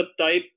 subtype